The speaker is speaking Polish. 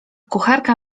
kucharka